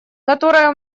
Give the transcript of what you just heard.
которые